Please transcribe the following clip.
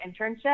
internship